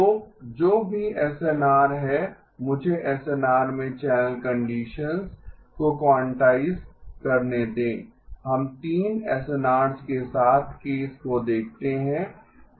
तो जो भी एसएनआर है मुझे एसएनआर में चैनल कंडीशंस को क्वांटाइज़ करने दें हम 3 एसएनआरस के साथ केस को देखते हैं